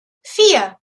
vier